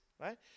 right